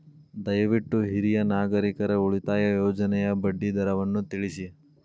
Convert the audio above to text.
ದಯವಿಟ್ಟು ಹಿರಿಯ ನಾಗರಿಕರ ಉಳಿತಾಯ ಯೋಜನೆಯ ಬಡ್ಡಿ ದರವನ್ನು ತಿಳಿಸಿ